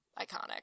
iconic